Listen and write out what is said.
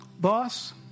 boss